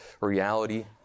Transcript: reality